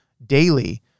daily